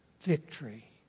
victory